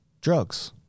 drugs